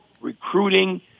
recruiting